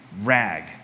rag